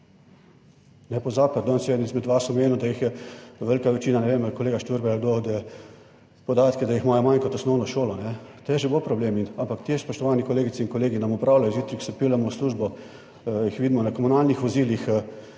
vas omenil, da jih je velika večina, ne vem, kolega Šturbej ali kdo, podatke, da jih imajo manj kot osnovno šolo. Problem bo ampak te, spoštovani kolegice in kolegi, nam opravljajo zjutraj, ko se peljemo v službo, jih vidimo na komunalnih vozilih,